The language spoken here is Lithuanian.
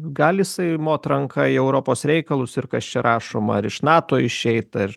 gali jisai mot ranka į europos reikalus ir kas čia rašoma ar iš nato išeit ar